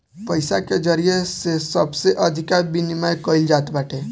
पईसा के जरिया से सबसे अधिका विमिमय कईल जात बाटे